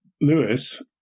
Lewis